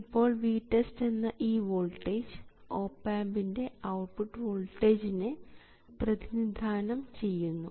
ഇപ്പോൾ VTEST എന്ന ഈ വോൾട്ടേജ് ഓപ് ആമ്പിൻറെ ഔട്ട്പുട്ട് വോൾട്ടേജിനെ പ്രതിനിധാനം ചെയ്യുന്നു